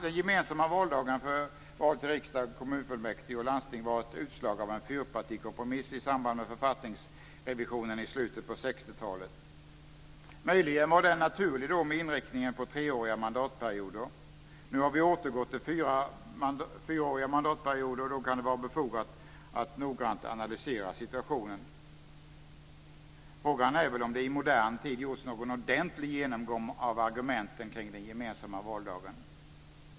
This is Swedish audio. Den gemensamma valdagen för val till riksdag, kommunfullmäktige och landsting var ett utslag av en fyrpartikompromiss i samband med författningsrevisionen i slutet på 60-talet. Möjligen var den då naturlig, med inriktningen på treåriga mandatperioder. Nu när vi återgått till fyraåriga mandatperioder kan det vara befogad att noggrannt analysera situationen. Frågan är väl om det i modern tid har gjorts någon ordentlig genomgång av argumenten kring den gemensammma valdagen.